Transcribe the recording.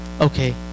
Okay